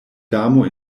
damo